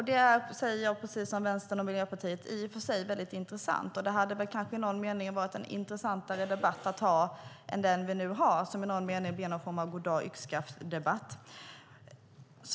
Det är i och för sig mycket intressant - där håller jag med Vänstern och Miljöpartiet - och det hade kanske i någon mening varit en intressantare debatt än den vi har nu, som blir någon form av goddag-yxskaft-debatt.